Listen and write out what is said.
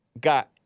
got